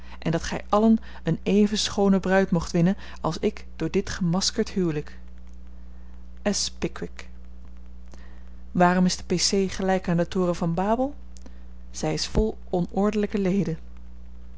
en dat gij allen een even schoone bruid moogt winnen als ik door dit gemaskerd huwelijk s pickwick waarom is de p c gelijk aan den toren van babel zij is vol onordelijke leden